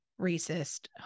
racist